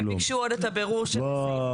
הם ביקשו עוד את הבירור של סעיף